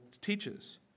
teaches